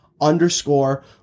underscore